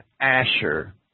Asher